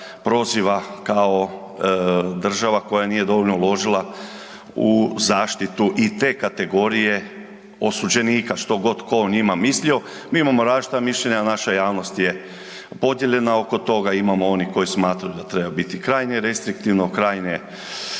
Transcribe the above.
proziva kao država koja nije dovoljno uložila u zaštitu i te kategorije osuđenika što god tko o njima mislio. Mi imamo različita mišljenja, naša javnost je podijeljena oko toga. Imamo onih koji smatraju da treba biti krajnje restriktivno, krajnje